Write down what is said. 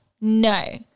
No